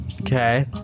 Okay